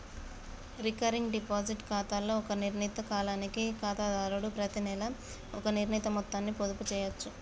recurring deposit ఖాతాలో ఒక నిర్ణీత కాలానికి ఖాతాదారుడు ప్రతినెలా ఒక నిర్ణీత మొత్తాన్ని పొదుపు చేయచ్చు